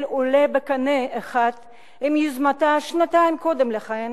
עולה בקנה אחד עם יוזמתה שנתיים קודם לכן,